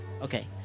Okay